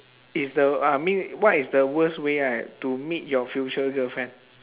is the I mean what is the worst way right to meet your future girlfriend